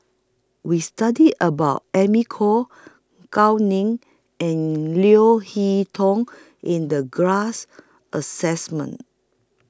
We studied about Amy Khor Gao Ning and Leo Hee Tong in The glass Assessment